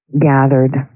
gathered